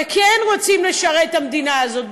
וכן רוצים לשרת את המדינה הזאת,